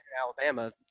alabama